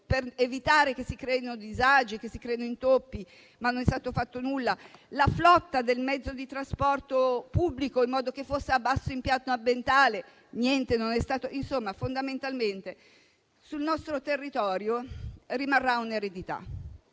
per evitare che si creino disagi e intoppi. Ma non è stato fatto nulla: la flotta del mezzo di trasporto pubblico, in modo che fosse a basso impatto ambientale. Niente di questo è stato fatto. Fondamentalmente, sul nostro territorio rimarrà un'eredità.